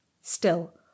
Still